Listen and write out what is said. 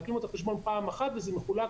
מעקלים לו את החשבון פעם אחת וזה מחויב